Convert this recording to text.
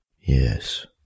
Yes